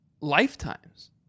lifetimes